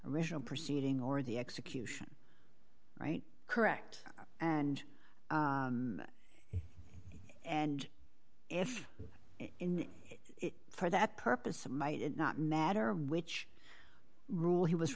original proceeding or the execution right correct and and if in it for that purpose it might it not matter which rule he was